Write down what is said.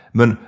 Men